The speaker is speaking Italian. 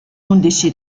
undici